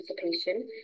participation